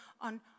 on